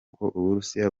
uburusiya